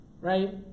right